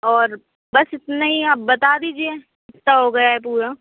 और बस इतना ही आप बता दीजिए कितना हो गया है पूरा